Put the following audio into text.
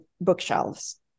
bookshelves